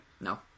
No